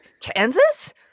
kansas